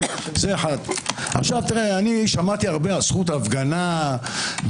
אני שמעתי הרבה על זכות ההפגנה.